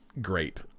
great